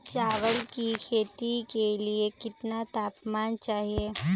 चावल की खेती के लिए कितना तापमान चाहिए?